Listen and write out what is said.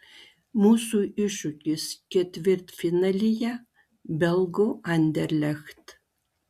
mūsų iššūkis ketvirtfinalyje belgų anderlecht